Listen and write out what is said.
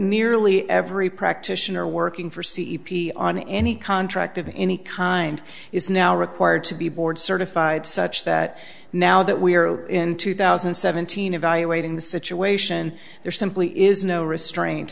nearly every practitioner working for c e p on any contract of any kind is now required to be board certified such that now that we are in two thousand and seventeen evaluating the situation there simply is no restraint